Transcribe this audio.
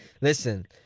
Listen